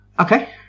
Okay